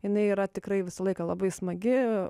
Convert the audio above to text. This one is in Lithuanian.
jinai yra tikrai visą laiką labai smagi